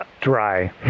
Dry